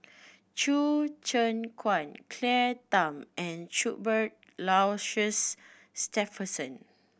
Choo Keng Kwang Claire Tham and Cuthbert Aloysius Shepherdson